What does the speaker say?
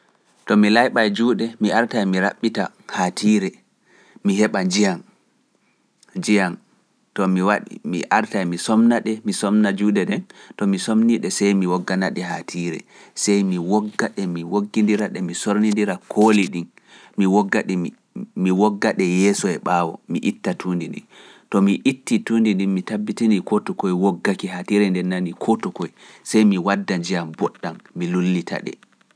To mi layɓai juuɗe, mi artae mi raɓɓita haatiire, mi heɓa njiyam, mi wada ndiyam, to mi waɗi, mi artai mi somna ɗe, mi somna juuɗe ɗen, to mi somni ɗe, sey mi woggana ɗe haa tiire, sey mi wogga ɗe, mi woggindira ɗe, mi sornindira kooli ɗin, mi wogga ɗe, mi wogga ɗe yeeso e ɓaawo, mi itta tuundi ɗi, to mi itti tuundi ɗi, mi tabbitini koto koye woggaki haa tiire nde nani koto koye, sey mi wadda njiyam mboɗɗam, mi lullita ɗe.